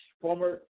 former